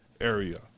area